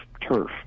turf